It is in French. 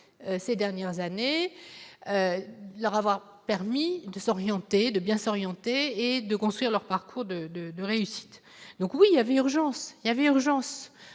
ces dernières années leur avoir permis de s'orienter de bien s'orienter et de construire leur parcours de de de réussite donc, où il y avait urgence il y a urgence,